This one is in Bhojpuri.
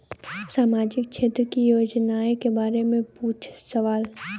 सामाजिक क्षेत्र की योजनाए के बारे में पूछ सवाल?